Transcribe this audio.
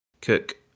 cook